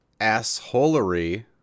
assholery